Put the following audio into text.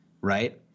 right